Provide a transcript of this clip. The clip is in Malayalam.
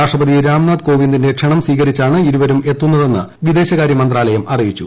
രാഷ്ട്രപതി രാംനാഥ് കോവിന്ദിന്റെ ക്ഷണം സ്വീകരിച്ചാണ് ഇരുവരും എത്തുന്നതെന്ന് വിദേശകാരൃ മന്ത്രാലയം അറിയിച്ചു